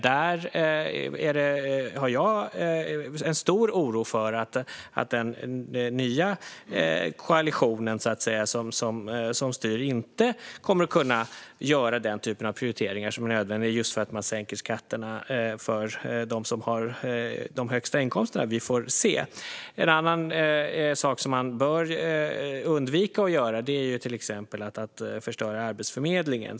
Där har jag en stor oro för att den nya koalition som styr inte kommer att kunna göra den typ av prioriteringar som är nödvändiga just för att man sänker skatterna för dem som har de högsta inkomsterna. Vi får se. En annan sak som man bör undvika att göra är att till exempel förstöra Arbetsförmedlingen.